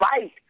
fight